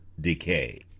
decay